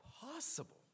possible